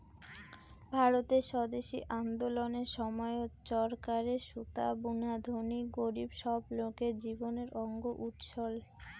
ভারতের স্বদেশি আন্দোলনের সময়ত চরকারে সুতা বুনা ধনী গরীব সব লোকের জীবনের অঙ্গ হয়ে উঠছল